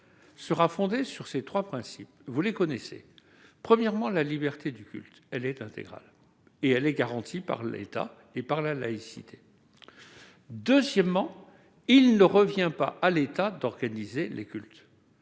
l'idéologie ... Ces trois principes, vous les connaissez. Premièrement, la liberté du culte est intégrale. D'ailleurs, elle est garantie par l'État et par la laïcité. Deuxièmement, il ne revient pas à l'État d'organiser les cultes.